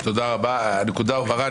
תודה רבה, הנקודה הובהרה.